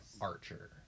Archer